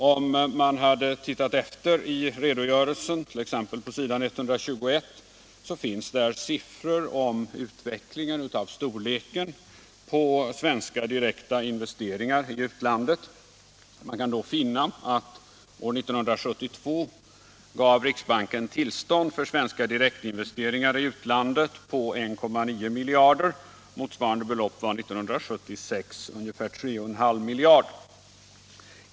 Om man tittar efter i redogörelsen, t.ex. på s. 121, så finner man där siffror om utvecklingen av storleken av svenska direktinvesteringar i utlandet. Man kan då finna att riksbanken år 1972 gav tillstånd till svenska direktinvesteringar i utlandet på 1,9 miljarder. Motsvarande belopp för 1976 var ungefär 3,5 miljarder.